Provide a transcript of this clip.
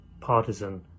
partisan